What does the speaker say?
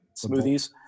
smoothies